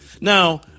Now